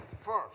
first